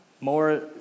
more